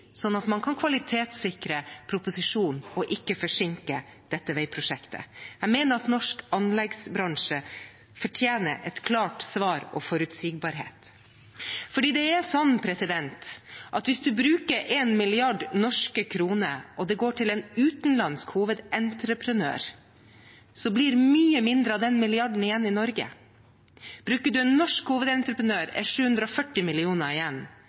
at man kan kvalitetssikre proposisjonen og ikke forsinke dette veiprosjektet? Jeg mener at norsk anleggsbransje fortjener et klart svar og forutsigbarhet. Hvis man bruker 1 mrd. norske kroner og det går til en utenlandsk hovedentreprenør, blir mye mindre av den milliarden igjen i Norge. Bruker man en norsk hovedentreprenør, er 740 mill. kr igjen.